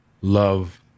love